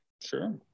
Sure